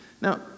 Now